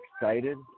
excited